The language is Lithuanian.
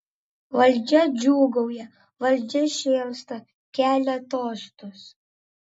valdžia džiūgauja valdžia šėlsta kelia tostus